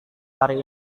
hari